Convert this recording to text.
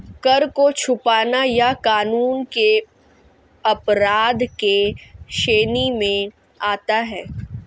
कर को छुपाना यह कानून के अपराध के श्रेणी में आता है